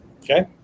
okay